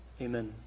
Amen